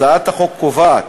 הצעת החוק קובעת